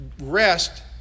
rest